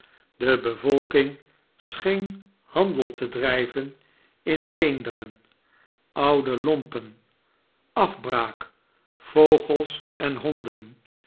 de bevolking scheen handel te drijveit in beenderen oude lpmpen afbraak vogels en honden